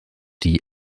die